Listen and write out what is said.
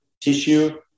tissue